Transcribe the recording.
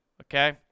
okay